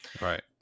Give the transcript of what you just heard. Right